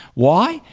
why?